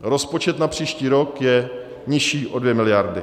Rozpočet na příští rok je nižší o 2 mld.